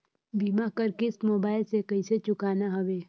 बीमा कर किस्त मोबाइल से कइसे चुकाना हवे